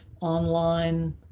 online